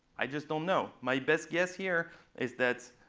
i just don't know. my best guess here is that